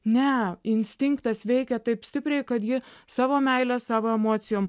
ne instinktas veikia taip stipriai kad ji savo meile savo emocijom